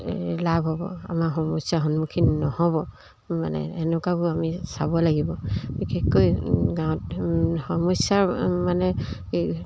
লাভ হ'ব আমাৰ সমস্যাৰ সন্মুখীন নহ'ব মানে এনেকুৱাবোৰ আমি চাব লাগিব বিশেষকৈ গাঁৱত সমস্যাৰ মানে এই